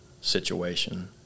situation